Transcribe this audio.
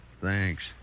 Thanks